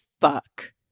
fuck